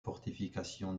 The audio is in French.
fortification